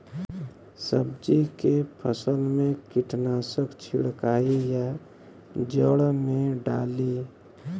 सब्जी के फसल मे कीटनाशक छिड़काई या जड़ मे डाली?